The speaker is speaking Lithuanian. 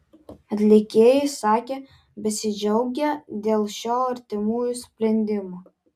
atlikėjai sakė besidžiaugią dėl šio artimųjų sprendimo